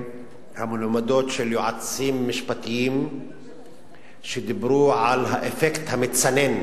המלומדות של יועצים משפטיים שדיברו על האפקט המצנן